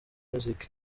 music